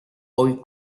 hoy